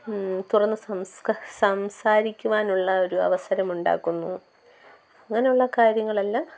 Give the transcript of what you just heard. തുറന്ന് സംസ്ക സംസാരിക്കുവാനുള്ള ഒരു അവസരം ഉണ്ടാക്കുന്നു അങ്ങനെയുള്ള കാര്യങ്ങളെല്ലാം